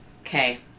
okay